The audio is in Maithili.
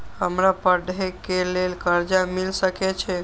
हमरा पढ़े के लेल कर्जा मिल सके छे?